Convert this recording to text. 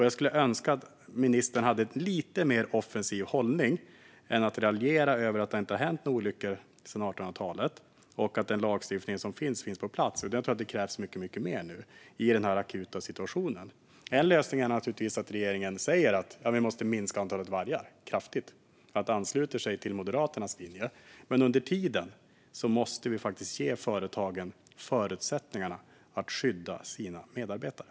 Jag skulle önska att ministern hade en lite mer offensiv hållning än att raljera och säga att det inte hänt några olyckor sedan 1800-talet samt att den lagstiftning som behövs finns på plats. Jag tror att det krävs mycket mer i denna akuta situation. En lösning vore naturligtvis att regeringen sa att vi måste minska antalet vargar kraftigt, det vill säga ansluter sig till Moderaternas linje. Under tiden måste vi dock ge företagen förutsättningar att skydda sina medarbetare.